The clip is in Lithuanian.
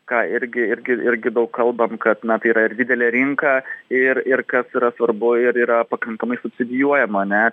ką irgi irgi irgi daug kalbam kad na tai yra ir didelė rinka ir ir kas yra svarbu ir yra pakankamai subsidijuojama ane